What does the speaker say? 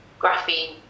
graphene